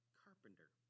carpenter